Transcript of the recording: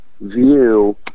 view